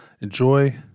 enjoy